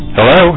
Hello